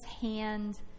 hand